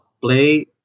play